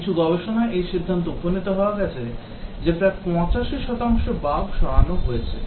কিছু গবেষণায় এই সিদ্ধান্তে উপনীত হওয়া গেছে যে প্রায় 85 শতাংশ বাগ সরানো হয়েছে